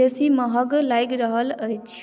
बेसी महग लागि रहल अछि